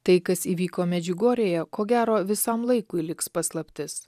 tai kas įvyko medžiugorjėje ko gero visam laikui liks paslaptis